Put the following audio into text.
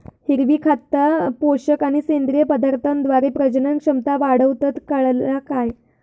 हिरवी खता, पोषक आणि सेंद्रिय पदार्थांद्वारे प्रजनन क्षमता वाढवतत, काळाला काय?